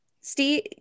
Steve